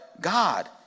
God